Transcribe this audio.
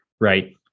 right